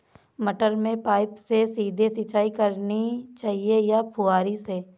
मटर में पाइप से सीधे सिंचाई करनी चाहिए या फुहरी से?